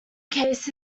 case